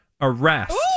arrest